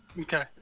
Okay